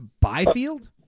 Byfield